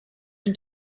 can